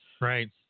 Right